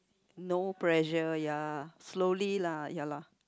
no pressure ya slowly lah ya lah